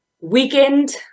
weekend